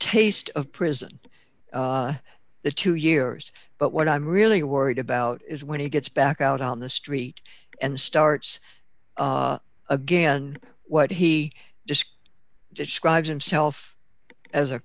taste of prison the two years but what i'm really worried about is when he gets back out on the street and starts again on what he just described himself as a